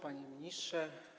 Panie Ministrze!